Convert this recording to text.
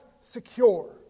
secure